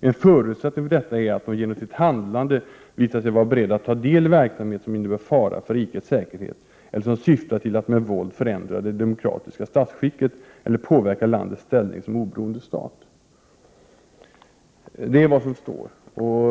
En förutsättning för detta är att de genom sitt handlande visar sig vara beredda att ta del i verksamhet som innebär fara för rikets säkerhet eller som syftar till att med våld förändra det demokratiska statsskicket eller påverka landets ställning som oberoende stat. Det är vad som står.